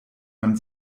man